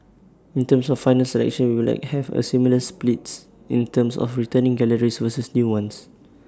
in terms of final selection we will like have A similar splits in terms of returning galleries versus new ones